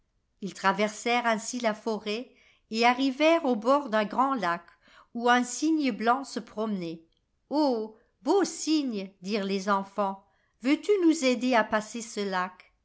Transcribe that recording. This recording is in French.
ils traversèrent ainsi la forêt et arrivèrent au bord d'un grand lac où un cygne blanc se promenait oh beau cygne dirent les enfants veux-tu nous aider à passer ce lac